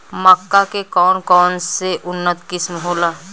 मक्का के कौन कौनसे उन्नत किस्म होला?